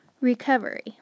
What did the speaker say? Recovery